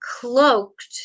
cloaked